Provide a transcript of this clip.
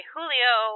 Julio